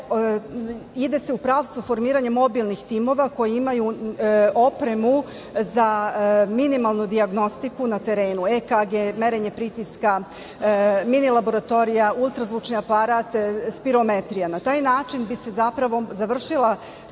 ide se u pravcu formiranja mobilnih timova koji imaju opremu za minimalnu dijagnostiku na terenu: EKG, merenje pritiska, mini-laboratorija, ultrazvučne aparate, spirometrija. Na taj način bi se zapravo završila